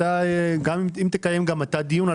אם תקיים גם אתה דיון,